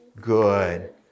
good